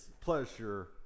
pleasure